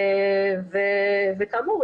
כאמור,